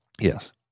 Yes